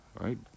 right